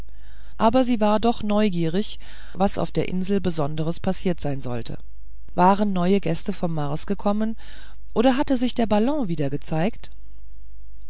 aber sie war doch neugierig was auf der insel besonderes passiert sein sollte waren neue gäste vom mars gekommen oder hatte sich der ballon wieder gezeigt